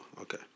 Okay